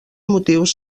motius